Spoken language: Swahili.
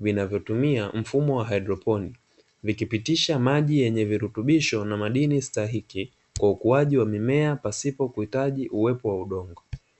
vinavyotumia mfumo wa haidroponiki, vikipitisha maji yenye virutubisho na madini stahiki kwa ukuaji wa mimea, pasipo kuhitaji uwepo wa udongo.